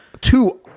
two